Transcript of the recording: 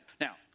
now